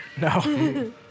No